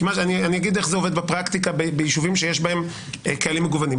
אני אגיד איך זה עובד בפרקטיקה ביישובים שיש בהם כללים מגוונים.